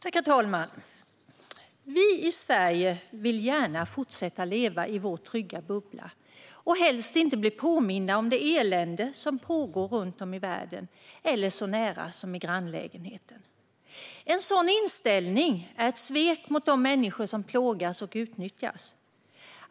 Herr talman! "Vi i Sverige vill gärna fortsätta leva i vår trygga bubbla och helst inte bli påminda om det elände som pågår runtom i världen eller så nära som i grannlägenheten. En sådan inställning är ett svek mot de människor som plågas och utnyttjas.